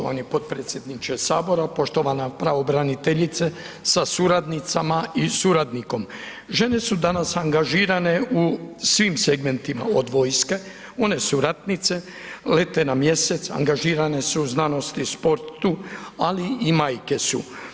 Poštovani potpredsjedniče Sabora, poštovana pravobraniteljice sa suradnicama i suradnikom. žene su danas angažirane u svim segmentima, od vojske, one su ratnice, lete na Mjesec, angažirane su u znanosti i sportu ali i majke su.